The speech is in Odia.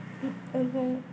ଏବଂ